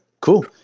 cool